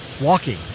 walking